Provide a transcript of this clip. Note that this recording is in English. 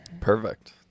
Perfect